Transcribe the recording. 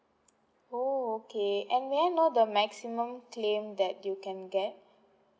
orh okay and may I know the maximum claim that you can get